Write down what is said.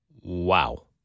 Wow